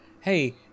hey